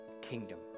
kingdom